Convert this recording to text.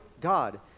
God